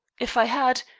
if i had,